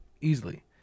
Easily